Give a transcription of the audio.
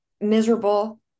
miserable